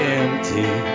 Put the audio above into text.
empty